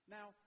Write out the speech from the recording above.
Now